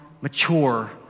mature